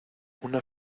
una